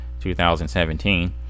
2017